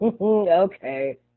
Okay